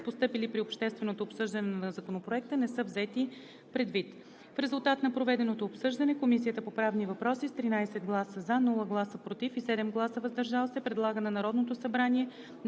постъпили при общественото обсъждане на Законопроекта не са взети предвид. В резултат на проведеното обсъждане Комисията по правни въпроси с 13 гласа „за“, без „против“ и 7 гласа „въздържал се“ предлага на Народното събрание